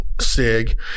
SIG